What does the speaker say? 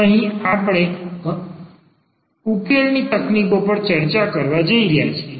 અહીં આપણે હવે અમે ઉકેલની તકનીકો પર ચર્ચા કરવા જઈ રહ્યા છીએ